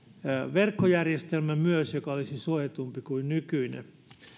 verkkojärjestelmä myös joka olisi suojatumpi kuin nykyinen